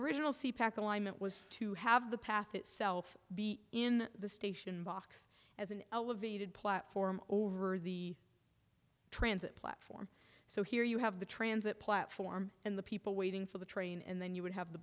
original c pack alignment was to have the path itself be in the station box as an elevated platform over the transit platform so here you have the transit platform and the people waiting for the train and then you would have the